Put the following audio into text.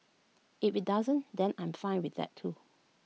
if IT doesn't then I'm fine with that too